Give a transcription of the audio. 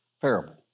parable